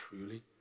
truly